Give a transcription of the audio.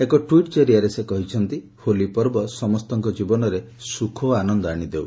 ଏକ ଟୁଇଟ୍ ଜରିଆରେ ସେ କହିଛନ୍ତି ହୋଲି ପର୍ବ ସମସ୍ତଙ୍କ ଜୀବନରେ ସୁଖ ଓ ଆନନ୍ଦ ଆଣୁ